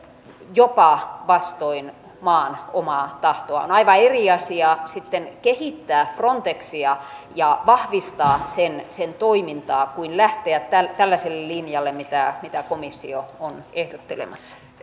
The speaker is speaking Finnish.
jopa vastoin maan omaa tahtoa on aivan eri asia sitten kehittää frontexia ja vahvistaa sen sen toimintaa kuin lähteä tällaiselle linjalle mitä mitä komissio on ehdottelemassa